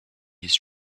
his